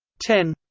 ten